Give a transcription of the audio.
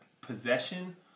possession